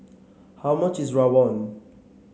how much is Rawon